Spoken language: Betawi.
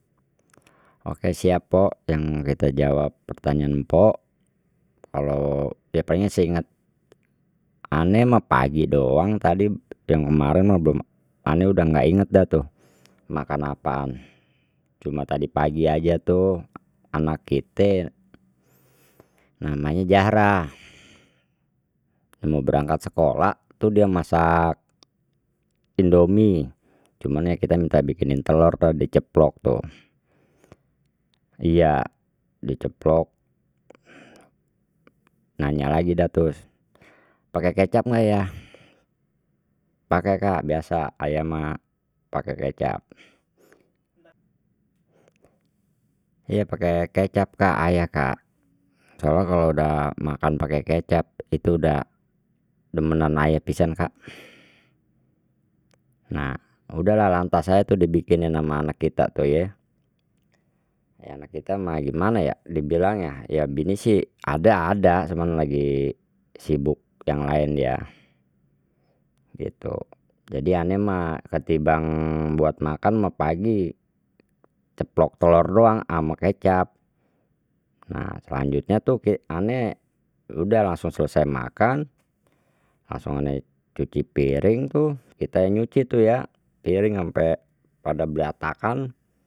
Oke siap pok yang kita jawab pertanyaan mpok kalau ya palingan seinget ane mah pagi doang tadi yang kemaren mah ane udah nggak inget dah tu makan apaan, cuma tadi pagi aja tu anak kite namanya zahra mau berangkat sekolah tu dia masak indomie cuman ya kita minta bikinin telor tadi diceplok tu, iya diceplok nanya lagi dah tu, pake kecap nggak yah, pake kak biasa ayah mah pake kecap ya pake kecap kak ayah kak soalnya kalau dah makan pake kecap itu dah demenan aye pisan kak, nah udahlah lantas aja tuh dibikinin ama anak kita tu ye, ya nak kita mah gimana ya dibilangnya ya bini sih ada ada cuman lagi sibuk yang laen dia gitu, jadi ane mah ketimbang buat makan mah pagi ceplok telor doang ama kecap, nah selanjutnya tuh ane udah langsung selesai makan langsung ane cuci piring tuh kita yang nyuci tu ya piring ampe pada blatakan.